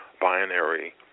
binary